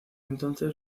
entonces